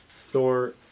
Thor